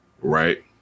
right